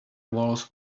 walls